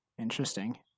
Interesting